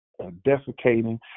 defecating